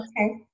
okay